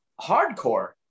hardcore